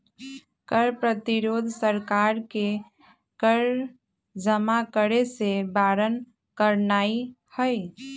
कर प्रतिरोध सरकार के कर जमा करेसे बारन करनाइ हइ